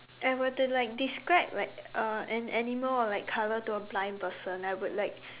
I were to like describe like uh an animal or like colour to a blind person I would like